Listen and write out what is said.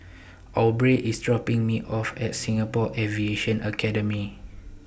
Aubrey IS dropping Me off At Singapore Aviation Academy